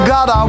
God